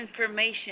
information